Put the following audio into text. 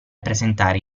presentare